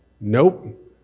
Nope